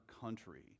country